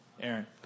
Aaron